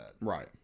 Right